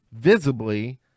visibly